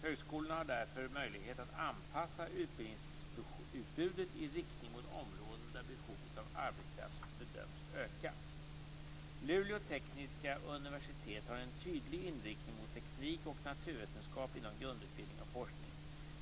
Högskolorna har därför möjlighet att anpassa utbildningsutbudet i riktning mot områden där behovet av arbetskraft bedöms öka. Luleå tekniska universitet har en tydlig inriktning mot teknik och naturvetenskap inom grundutbildning och forskning.